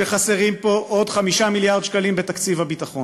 שחסרים פה עוד 5 מיליארד שקלים בתקציב הביטחון.